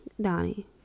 Donnie